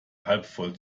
halbvoll